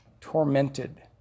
tormented